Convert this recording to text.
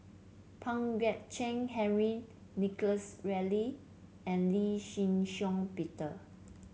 Pang Guek Cheng Henry Nicholas Ridley and Lee Shih Shiong Peter